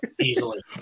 easily